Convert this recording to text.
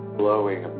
blowing